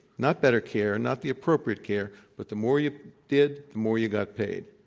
not better care, and not the appropriate care, but the more you did, the more you got paid.